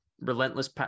relentless